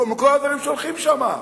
מכל הדברים שהולכים שם.